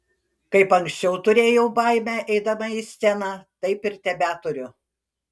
kaip anksčiau turėjau baimę eidama į sceną taip ir tebeturiu